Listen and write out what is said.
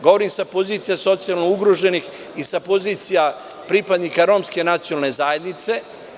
Govorim sa pozicija socijalno ugroženih i sa pozicija pripadnika romske nacionalne zajednice.